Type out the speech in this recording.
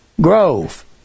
grove